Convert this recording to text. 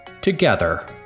together